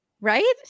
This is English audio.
right